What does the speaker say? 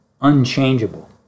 unchangeable